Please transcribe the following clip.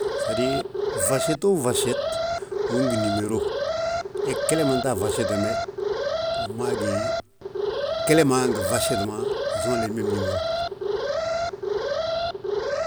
fwaseto fwaset wi gí ngi nímeero, gle man ta a fwaset wembe, wi maa gí, gle ma ngi fwaset